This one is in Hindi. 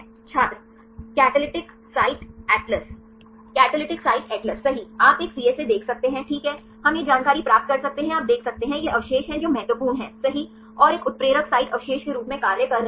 छात्र catalytic site atlas catalytic site atlas सही आप एक सीएसए देख सकते हैं ठीक है हम यह जानकारी प्राप्त कर सकते हैं आप देख सकते हैं ये अवशेष हैं जो महत्वपूर्ण हैं सही और एक उत्प्रेरक साइट अवशेष के रूप में कार्य कर रहे हैं